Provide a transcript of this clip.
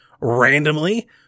randomly